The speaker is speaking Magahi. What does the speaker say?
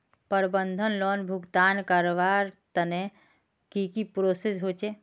प्रबंधन लोन भुगतान करवार तने की की प्रोसेस होचे?